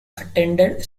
attended